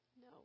No